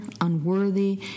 unworthy